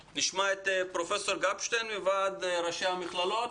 פרופסור גפשטיין מוועד ראשי המכללות.